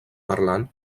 parlant